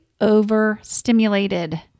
overstimulated